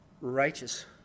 righteous